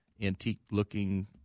antique-looking